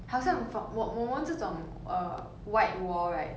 好像 from 我我们这种 uh white wall right